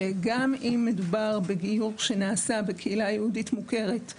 שגם אם מדובר בגיור שנעשה בקהילה יהודית מוכרת,